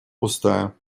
пустая